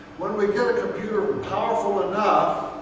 when we get a computer powerful enough,